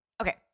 Okay